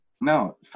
No